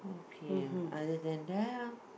okay understand that